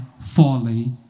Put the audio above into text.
folly